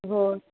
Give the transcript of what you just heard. हो